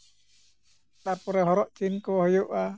ᱛᱟᱨᱯᱚᱨᱮ ᱦᱚᱨᱚᱜ ᱪᱤᱱ ᱠᱚ ᱦᱩᱭᱩᱜᱼᱟ